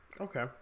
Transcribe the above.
Okay